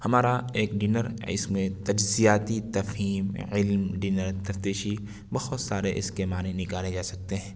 ہمارا ایک ڈنر اس میں تجزیاتی تفہیم علم ڈنر تفتیشی بہت سارے اس کے معنی نکالے جا سکتے ہیں